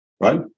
right